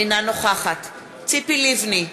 אינה נוכחת ציפי לבני,